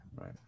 Right